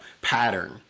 pattern